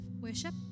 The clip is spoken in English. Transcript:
worship